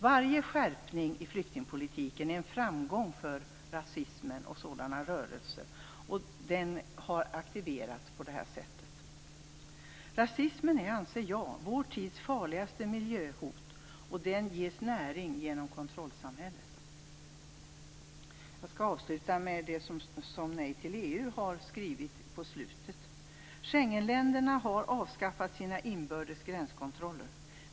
Varje skärpning av flyktingpolitiken är en framgång för rasismen och sådana rörelser. Och rasismen har aktiverats på detta sätt. Jag anser att rasismen är vår tids farligaste miljöhot, och den ges näring genom kontrollsamhället. Jag skall avsluta mitt anförande med det som Nej till EU har skrivit: Schengenländerna har avskaffat sina inbördes gränskontroller.